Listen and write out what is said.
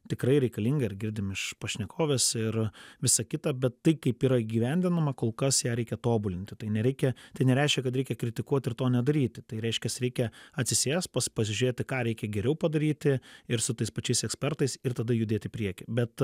tikrai reikalinga ir girdim iš pašnekovės ir visa kita bet tai kaip yra įgyvendinama kol kas ją reikia tobulinti tai nereikia tai nereiškia kad reikia kritikuot ir to nedaryti tai reiškias reikia atsisėst pas pasižiūrėti ką reikia geriau padaryti ir su tais pačiais ekspertais ir tada judėt į priekį bet